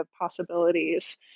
possibilities